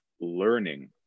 learning